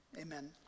amen